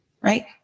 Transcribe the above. Right